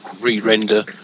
re-render